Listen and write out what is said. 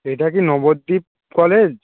এটা কি নবদ্বীপ কলেজ